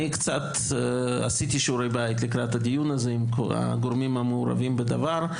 אני קצת עשיתי שיעורי בית לקראת הדיון הזה עם הגורמים המעורבים בדבר.